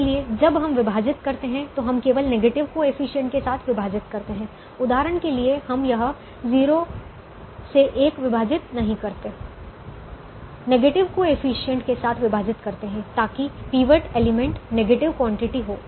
इसलिए जब हम विभाजित करते हैं तो हम केवल नेगेटिव कोएफिशिएंट के साथ विभाजित करते हैं उदाहरण के लिए हम यह 0 से 1 विभाजित नहीं करते हैं नेगेटिव कोएफिशिएंट के साथ विभाजित करते हैं ताकि पिवट एलिमेंट नेगेटिव क्वांटिटी हो